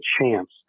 chance